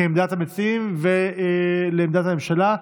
כעמדת המציעים ועמדת הממשלה.